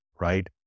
right